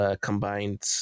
combined